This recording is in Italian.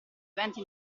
eventi